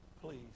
Please